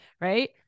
right